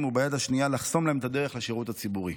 וביד השנייה לחסום להם את הדרך לשירות הציבורי.